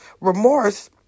remorse